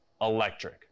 electric